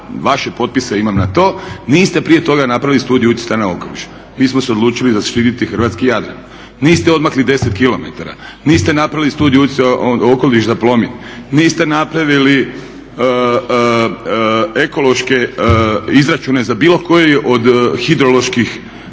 vaše potpise imam na to, niste prije toga napravili studiju utjecaja na okoliš. Mi smo se odlučili zaštiti Hrvatski jadran. Niste odmakli 10 kilometara, niste napravili studiju utjecaja na okoliš za Plomin, niste napravili ekološke izračune za bilo koje od hidroloških